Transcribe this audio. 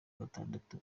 gatandatu